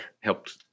helped –